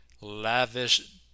lavish